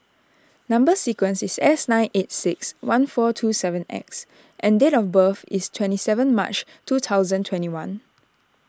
Number Sequence is S nine eight six one four two seven X and date of birth is twenty seven March two thousand and twenty one